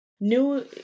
new